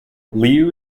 liu